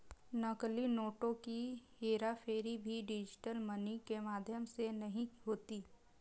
नकली नोटों की हेराफेरी भी डिजिटल मनी के माध्यम से नहीं होती